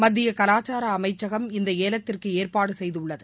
மத்திய கலாச்சார அமைச்சகம் இந்த ஏலத்திற்கு ஏற்பாடு செய்துள்ளது